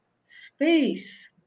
space